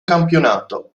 campionato